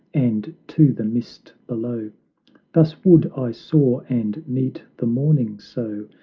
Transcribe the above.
and to the mist below thus would i soar and meet the morning so,